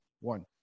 One